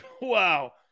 Wow